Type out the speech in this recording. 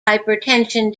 hypertension